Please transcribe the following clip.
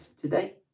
today